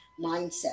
mindset